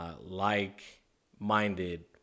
like-minded